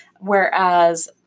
Whereas